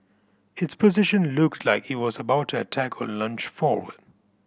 its position looked like it was about to attack or lunge forward